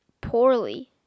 poorly